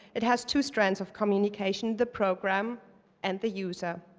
it has two strands of communication the program and the user.